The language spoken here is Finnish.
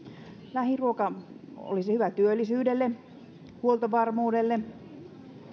lähiruoka olisi hyvä työllisyydelle huoltovarmuudelle